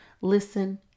listen